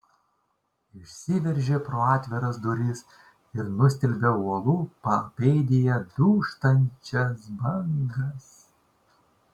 išsiveržė pro atviras duris ir nustelbė uolų papėdėje dūžtančias bangas